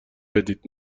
بدید